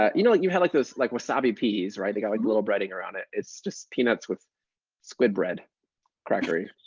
ah you know like you have like those like wasabi peas, they've got a little breading around it? it's just peanuts with squid bread crackers.